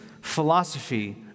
philosophy